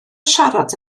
siarad